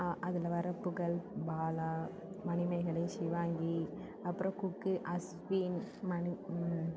அதில் வர புகழ் பாலா மணிமேகலை ஷிவாங்கி அப்றம் குக்கு அஸ்வின் மணி